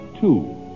Two